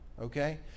okay